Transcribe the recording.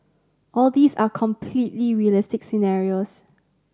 all these are completely realistic scenarios